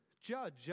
judge